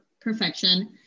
perfection